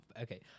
Okay